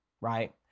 right